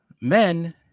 men